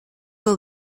will